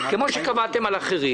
כפי שקבעתם לגבי אחרים.